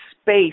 space